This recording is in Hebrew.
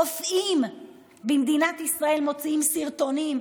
רופאים במדינת ישראל מוציאים סרטונים,